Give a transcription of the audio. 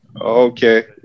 Okay